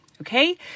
Okay